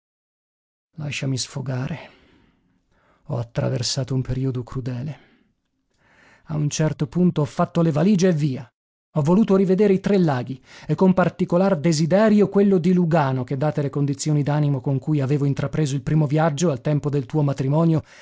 lasciami sfogare ho traversato un periodo crudele a un certo punto ho fatto le valige e via ho voluto rivedere i tre laghi e con particolar desiderio quello di lugano che date le condizioni d'animo con cui avevo intrapreso il primo viaggio al tempo del tuo matrimonio